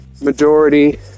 majority